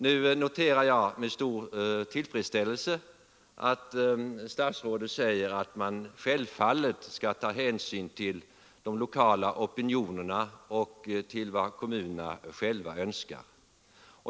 Nu noterar jag med stor tillfredställelse att statsrådet säger att man självfallet skall ta hänsyn till de lokala opinionerna och till vad kommunerna själva önskar.